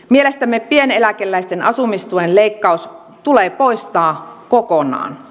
mielestämme pieneläkeläisten asumistuen leikkaus tulee poistaa kokonaan